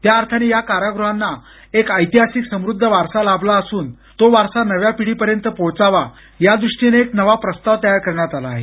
त्याअर्थाने या कारागृहांना एक ऐतिहासिक समृद्ध वारसा लाभला असून तो वारसा नव्या पिढीपर्यंत पोहोचावा यादृष्टीनं एक प्रस्ताव तयार करण्यात आला आहे